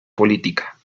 política